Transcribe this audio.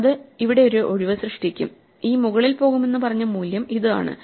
അത് ഇവിടെ ഒരു ഒഴിവ് സൃഷ്ടിക്കും ഈ മുകളിൽ പോകുമെന്ന് പറഞ്ഞ മൂല്യം ഇത് ആണ്